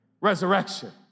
resurrection